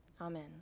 Amen